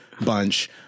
bunch